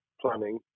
planning